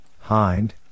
hind